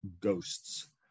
ghosts